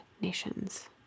nations